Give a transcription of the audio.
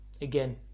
Again